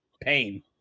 pain